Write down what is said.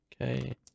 Okay